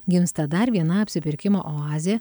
gimsta dar viena apsipirkimo oazė